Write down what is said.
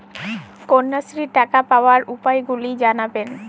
কন্যাশ্রীর টাকা পাওয়ার উপায়গুলি জানাবেন?